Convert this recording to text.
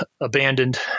abandoned